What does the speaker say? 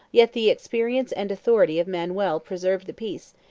yet the experience and authority of manuel preserved the peace,